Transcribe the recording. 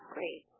Great